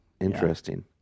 Interesting